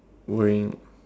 worrying